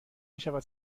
میشود